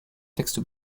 texte